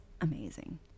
amazing